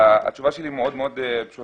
התשובה שלי מאוד מאוד פשוטה.